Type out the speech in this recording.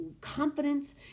Confidence